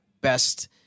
best